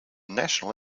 national